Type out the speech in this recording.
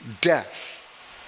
death